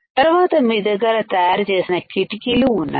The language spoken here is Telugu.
తర్వాత మీ దగ్గర తయారు చేసిన కిటికీలు ఉన్నాయి